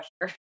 pressure